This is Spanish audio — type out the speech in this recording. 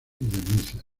denuncias